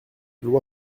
loi